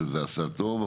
שזה עשה טוב,